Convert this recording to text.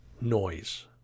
noise